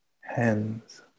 hands